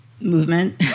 movement